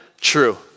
true